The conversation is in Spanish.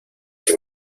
que